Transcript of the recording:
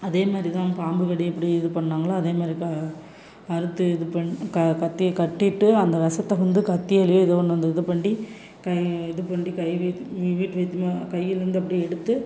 அதே மாதிரி தான் பாம்பு கடி எப்படி இது பண்ணிணாங்களோ அதே மாதிரி தான் அறுத்து இது பண் க கத்தியை கட்டிட்டு அந்த விசத்த வந்து கத்தியாலையோ எதோ ஒன்று அந்த இது பண்ணி கை இது பண்ணி கை கையிலேருந்து அப்படியே எடுத்து